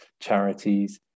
charities